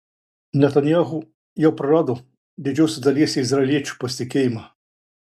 netanyahu jau prarado didžiosios dalies izraeliečių pasitikėjimą